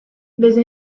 desde